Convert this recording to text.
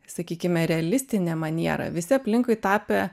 sakykim realistine maniera visi aplinkui tapę